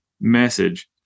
message